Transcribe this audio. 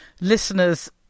listeners